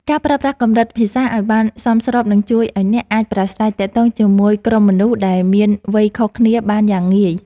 ការប្រើប្រាស់កម្រិតភាសាឱ្យបានសមស្របនឹងជួយឱ្យអ្នកអាចប្រាស្រ័យទាក់ទងជាមួយក្រុមមនុស្សដែលមានវ័យខុសគ្នាបានយ៉ាងងាយស្រួល។